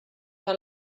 que